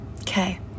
Okay